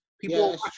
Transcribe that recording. People